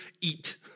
eat